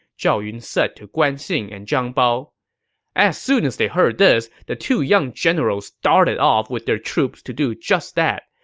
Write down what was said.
zhao yun said to guan xing and zhang bao as soon as they heard this, the two young generals darted off with their troops to do just that.